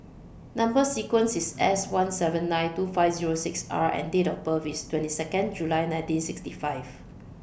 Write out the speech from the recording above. Number sequence IS S one seven nine two five Zero six R and Date of birth IS twenty Second July nineteen sixty five